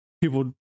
people